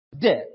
death